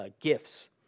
gifts